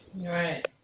right